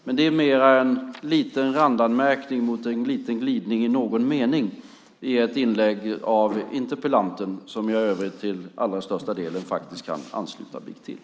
Men det är mer en liten randanmärkning mot en liten glidning i någon mening i ett inlägg från interpellanten som jag i övrigt till allra största delen faktiskt kan ansluta mig till.